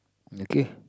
okay